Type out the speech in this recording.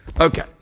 Okay